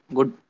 Good